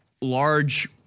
large